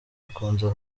akunze